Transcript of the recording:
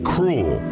Cruel